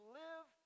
live